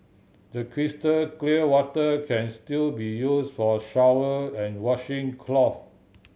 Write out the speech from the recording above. the crystal clear water can still be used for shower and washing clothe